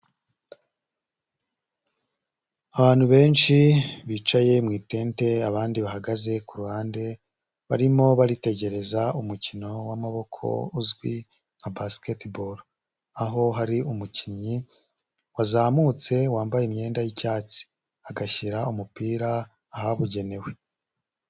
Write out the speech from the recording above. Abantu benshi bicaye mu itente abandi bahagaze k'uruhande barimo baritegereza umukino w'amaboko uzwi nka basketball, aho hari umukinnyi wazamutse wambaye imyenda y'icyatsi agashyira umupira ahabugenewe.